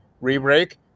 re-break